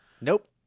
Nope